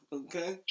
okay